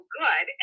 good